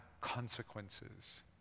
consequences